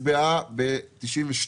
הריבית נקבעה ב-92',